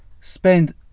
spend